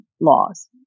laws